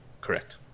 Correct